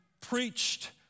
preached